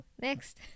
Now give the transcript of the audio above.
next